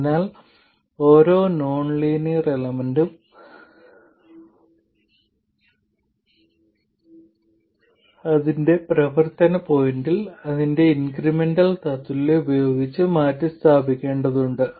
അതിനാൽ ഓരോ non linear എലമെന്റും അതിന്റെ പ്രവർത്തന പോയിന്റിൽ അതിന്റെ ഇൻക്രിമെന്റൽ തത്തുല്യം ഉപയോഗിച്ച് മാറ്റിസ്ഥാപിക്കേണ്ടതുണ്ട്